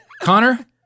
Connor